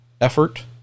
effort